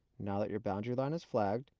now that your boundary line is flagged,